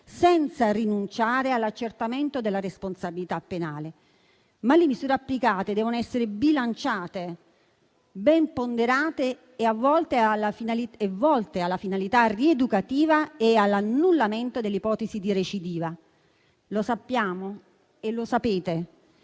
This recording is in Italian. senza rinunciare all'accertamento della responsabilità penale, ma le misure applicate devono essere bilanciate, ben ponderate e volte alla finalità rieducativa e all'annullamento dell'ipotesi di recidiva. Lo sappiamo e lo sapete: